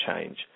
change